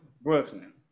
Brooklyn